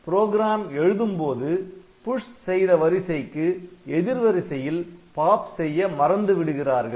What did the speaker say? program எழுதும்போது push செய்த வரிசைக்கு எதிர் வரிசையில் பாப் செய்ய மறந்துவிடுகிறார்கள்